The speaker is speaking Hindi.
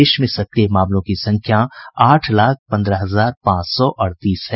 देश में सक्रिय मामलों की संख्या आठ लाख पंद्रह हजार पांच सौ अड़तीस है